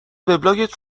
وبلاگت